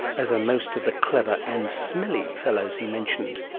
as are most of the clever and smelly fellows he mentioned.